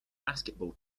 basketball